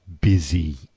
busy